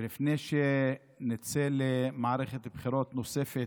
ולפני שנצא למערכת בחירות נוספת,